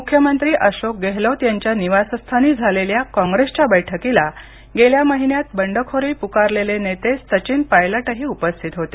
मुख्यमंत्री अशोक गेहलोत यांच्या निवासस्थानी झालेल्या कॉंग्रेसच्या बैठकीला गेल्या महिन्यात बंडखोरी पुकारलेले नेते सचिन पायलटही उपस्थित होते